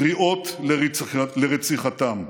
קריאות לרציחתם.